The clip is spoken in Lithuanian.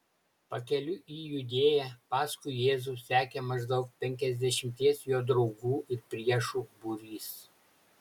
pakeliui į judėją paskui jėzų sekė maždaug penkiasdešimties jo draugų ir priešų būrys